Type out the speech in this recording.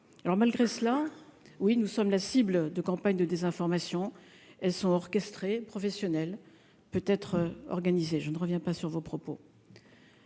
alors malgré cela, oui, nous sommes la cible de campagnes de désinformation, elles sont orchestrées professionnel peut être organisé, je ne reviens pas sur vos propos,